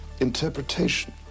interpretation